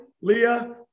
Leah